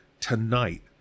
tonight